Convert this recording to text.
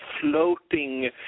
floating